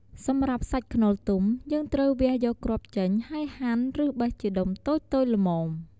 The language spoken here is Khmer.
សម្រាប់ សាច់ខ្នុរទុំ យើងត្រូវវះយកគ្រាប់ចេញ ហើយហាន់ ឬបេះជាដុំតូចៗល្មម។